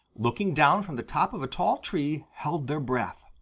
looking down from the top of a tall tree, held their breath.